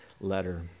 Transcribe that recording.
letter